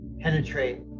penetrate